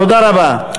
תודה רבה.